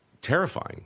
terrifying